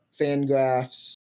Fangraphs